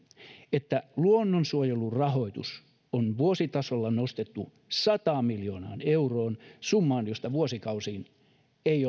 että luonnonsuojelun rahoitus on vuositasolla nostettu sata miljoonaa euroon summaan josta vuosikausiin ei